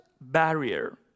barrier